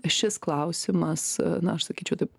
šis klausimas na aš sakyčiau taip